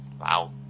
Wow